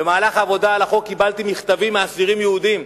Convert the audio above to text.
במהלך העבודה על החוק קיבלתי מכתבים מאסירים יהודים,